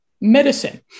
medicine